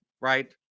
Right